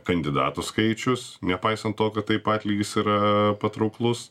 kandidatų skaičius nepaisant to kad taip atlygis yra patrauklus